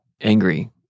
angry